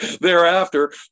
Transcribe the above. thereafter